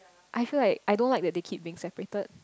I feel like I don't like that they keep being separated